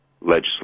legislation